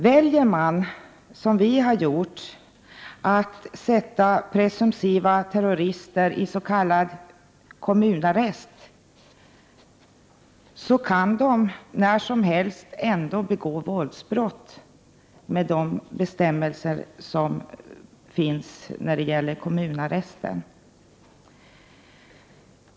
Väljer man, som vi har gjort, att sätta de presumtiva terroristerna i s.k. kommunarrest, kan de ändå när som helst begå våldsbrott; de bestämmelser som gäller för kommunarresten utesluter inte det.